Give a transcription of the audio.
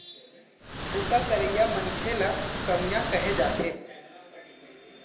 बूता करइया मनसे ल कमियां कहे जाथे